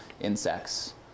insects